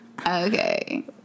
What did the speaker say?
okay